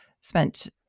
spent